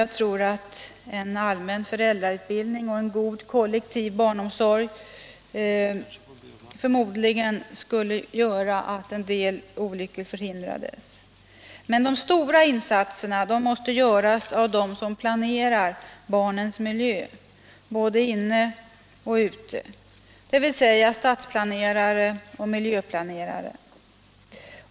Genom en allmän föräldrautbildning och genom en god kollektiv barnomsorg skulle förmodligen en del olyckor kunna förhindras. Men de stora insatserna måste göras av dem som planerar barnens miljö, både inne och ute, dvs. stadsplanerare och miljöplanerare.